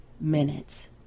minutes